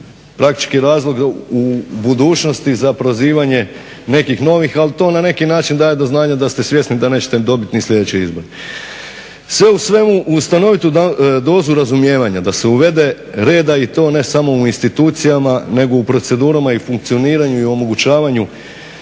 praktički razlog u budućnosti za prozivanje nekih novih. Ali to na neki način daje do znanja da ste svjesni da nećete dobiti ni sljedeće izbore. Sve u svemu u stanovitom dolazi do razumijevanja da se uvede reda i to ne samo u institucijama nego u procedurama i funkcioniranju i omogućavanju